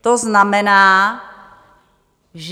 To znamená, že...